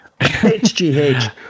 HGH